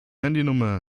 handynummer